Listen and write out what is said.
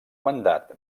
mandat